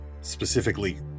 specifically